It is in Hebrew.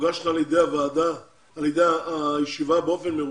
תוגשנה לידי הוועדה על ידי הישיבה באופן מרוכז?